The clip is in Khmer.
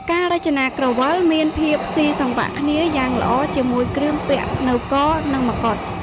ការរចនាក្រវិលមានភាពស៊ីសង្វាក់គ្នាយ៉ាងល្អជាមួយគ្រឿងពាក់នៅក និងមកុដ។